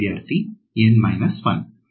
ವಿದ್ಯಾರ್ಥಿ N 1